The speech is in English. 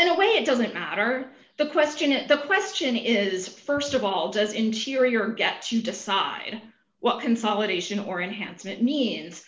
in a way it doesn't matter the question at the question is st of all does interior get to decide what consolidation or enhancement means